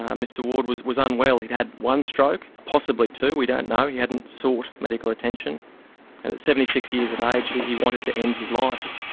ah mr ward was was unwell he'd had one stroke, possibly two, we don't know, he hadn't sought medical attention. and at seventy six years of age he he wanted to end his life.